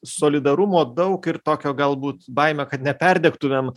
solidarumo daug ir tokio galbūt baimė kad neperdegtumėm